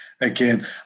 again